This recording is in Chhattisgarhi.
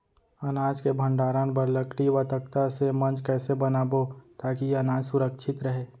अनाज के भण्डारण बर लकड़ी व तख्ता से मंच कैसे बनाबो ताकि अनाज सुरक्षित रहे?